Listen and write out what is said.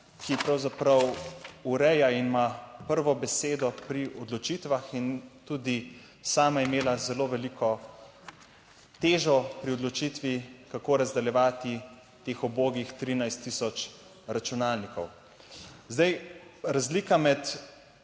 ki pravzaprav ureja in ima prvo besedo pri odločitvah in tudi sama imela zelo veliko težo pri odločitvi, kako razdeljevati teh ubogih 13000 računalnikov. Zdaj, razlika med